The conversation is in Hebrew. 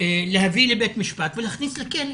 להביא לבית משפט ולהכניס לכלא.